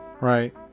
right